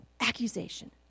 Accusation